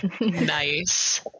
nice